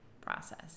process